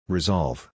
Resolve